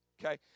Okay